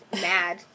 mad